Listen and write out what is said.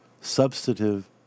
substantive